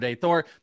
thor